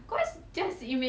mmhmm